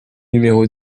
numéro